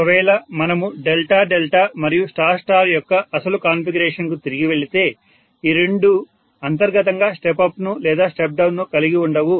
ఒకవేళ మనము మన డెల్టా డెల్టా మరియు స్టార్ స్టార్ యొక్క అసలు కాన్ఫిగరేషన్కు తిరిగి వెళితే ఈ రెండు అంతర్గతంగా స్టెప్ అప్ ను లేదా స్టెప్ డౌన్ ను కలిగి ఉండవు